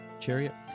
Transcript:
chariot